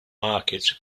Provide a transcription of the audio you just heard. market